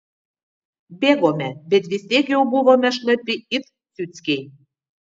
bėgome bet vis tiek jau buvome šlapi it ciuckiai